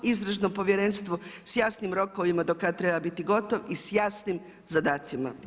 Istražno povjerenstvo s jasnim rokovima do kada treba biti gotov i s jasnim zadacima.